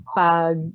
pag